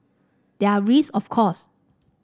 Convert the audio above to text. there are risk of course